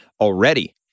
already